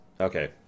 Okay